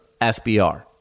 SBR